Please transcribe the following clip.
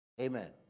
Amen